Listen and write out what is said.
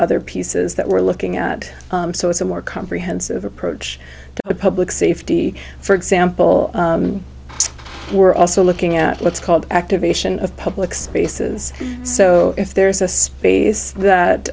other pieces that we're looking at so it's a more comprehensive approach to public safety for example we're also looking at what's called activation of public spaces so if there's a space that